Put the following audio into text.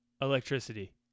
Electricity